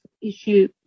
issue